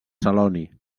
celoni